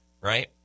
right